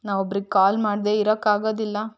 ನಾವು ಒಬ್ರಿಗೆ ಕಾಲ್ ಮಾಡದೆ ಇರೋಕ್ಕಾಗೋದಿಲ್ಲ